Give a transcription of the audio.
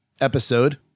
episode